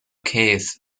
case